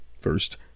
First